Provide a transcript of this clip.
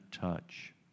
touch